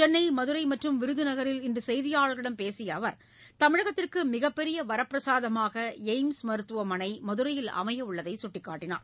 சென்னை மதுரை மற்றும் விருதுநகரில் இன்று செய்தியாளர்களிடம் பேசிய அவர் தமிழகத்திற்கு மிகப்பெரிய வரப்பிரசாதமாக எய்ம்ஸ் மருத்துவமனை மதுரையில் அமையவுள்ளதை சுட்டிக்காட்டினார்